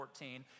14